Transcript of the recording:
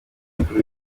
bakuru